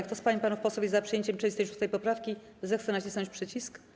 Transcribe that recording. Kto z pań i panów posłów jest za przyjęciem 36. poprawki, zechce nacisnąć przycisk.